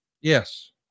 Yes